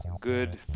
good